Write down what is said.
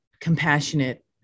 compassionate